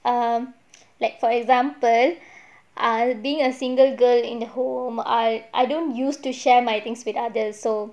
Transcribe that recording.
um like for example err being a single girl in the home I I don't use to share my things with others so